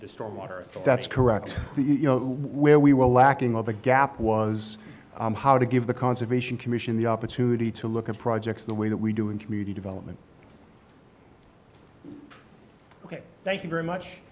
storm water that's correct you know where we were lacking all the gap was how to give the conservation commission the opportunity to look at projects the way that we do in community development ok thank you very much